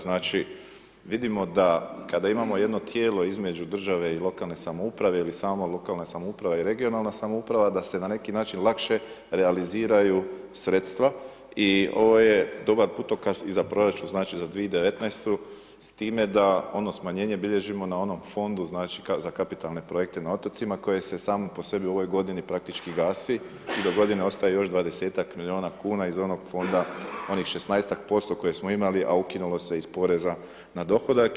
Znači vidimo da kada imamo jedno tijelo između države i lokalne samouprave ili samo lokalne samouprave i regionalna samouprava, da se na neki način lakše realiziraju sredstva i ovo je dobar putokaz i za proračun, znači i za 2019. s time da ono smanjenje bilježimo na onom fondu za kapitalne projekte na otocima, koje se same po sebi u ovoj godini praktički gasi i dogodine ostaje 20-tk milijuna kn iz onog fonda, onih 16% koje smo imali a ukinulo se iz poreza na dohodak.